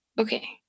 Okay